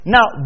Now